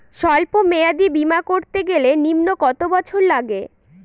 সল্প মেয়াদী বীমা করতে গেলে নিম্ন কত বছর লাগে?